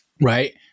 right